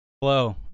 Hello